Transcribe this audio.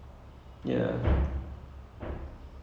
and then like it comes a full circle sort of